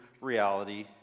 reality